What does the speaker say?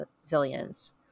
resilience